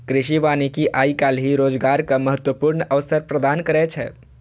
कृषि वानिकी आइ काल्हि रोजगारक महत्वपूर्ण अवसर प्रदान करै छै